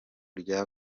rya